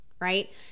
Right